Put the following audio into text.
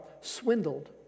swindled